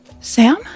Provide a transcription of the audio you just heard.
Sam